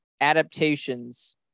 adaptations